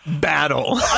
battle